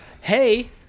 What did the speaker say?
Hey